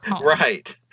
Right